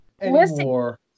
anymore